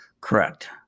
Correct